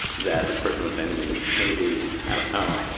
that this person was saying and me, maybe i don't know.